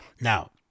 Now